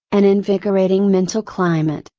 an invigorating mental climate,